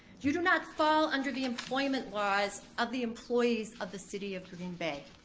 you do not fall under the employment laws of the employees of the city of green bay.